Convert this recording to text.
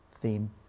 theme